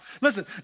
Listen